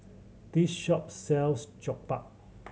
this shop sells Jokbal